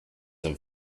and